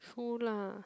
true lah